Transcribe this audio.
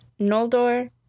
Noldor